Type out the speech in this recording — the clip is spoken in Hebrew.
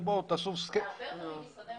זה הרבה יותר ממשרדי הממשלה.